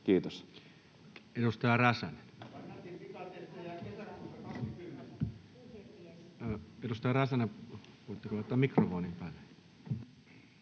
Kiitos.